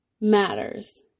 matters